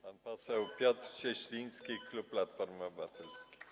Pan poseł Piotr Cieśliński, klub Platformy Obywatelskiej.